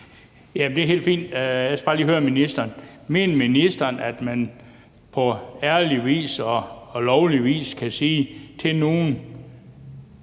Det er helt fint. Jeg skal bare lige høre ministeren: Mener ministeren, at man på ærlig og lovlig vis kan sige til nogen,